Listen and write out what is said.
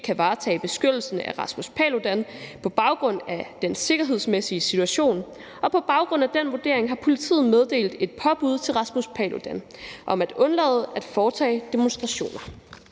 kan varetage beskyttelsen af Rasmus Paludan på baggrund af den sikkerhedsmæssige situation, og på baggrund af den vurdering har politiet meddelt et påbud til Rasmus Paludan om at undlade at foretage demonstrationer.